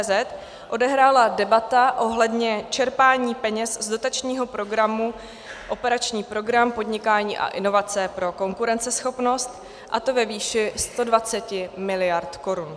cz odehrála debata ohledně čerpání peněz z dotačního programu operační program Podnikání a inovace pro konkurenceschopnost, a to ve výši 120 miliard korun.